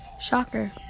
Shocker